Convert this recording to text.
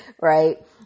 right